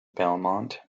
belmont